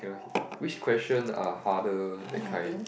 which question are harder that kind